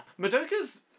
Madoka's